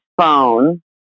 phone